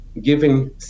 giving